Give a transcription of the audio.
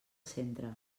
centre